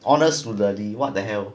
honest to the ly what the hell